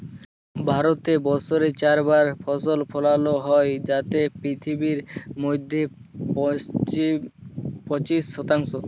ভারতে বসরে চার বার ফসল ফলালো হ্যয় যাতে পিথিবীর মইধ্যে পঁচিশ শতাংশ